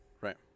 Right